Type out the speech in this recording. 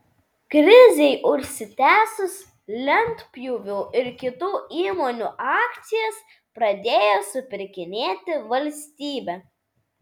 krizei užsitęsus lentpjūvių ir kitų įmonių akcijas pradėjo supirkinėti valstybė